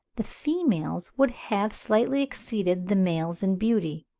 the females would have slightly exceeded the males in beauty.